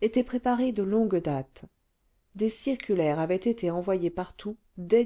était préparée de longue date des circulaires avaient été envoyées partout dès